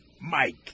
Mike